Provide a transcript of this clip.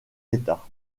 état